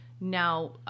now